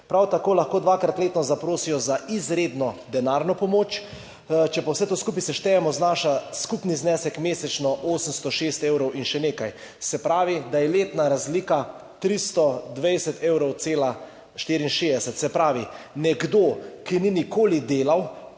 Prav tako lahko dvakrat letno zaprosijo za izredno denarno pomoč. Če vse to skupaj seštejemo, znaša skupni znesek mesečno 806 evrov in še nekaj. Se pravi, da je letna razlika 320,64 evra. Se pravi, nekdo, ki ni nikoli delal,